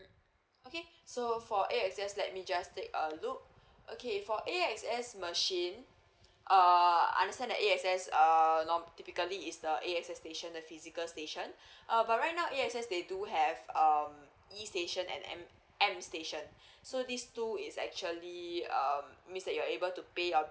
mm okay so for A X S let me just take a look okay for A X S machine err understand that A X S err norm~ typically it's the A X S station the physical station err but right now A X S they do have um e station and M m station so these two is actually um means that you are able to pay your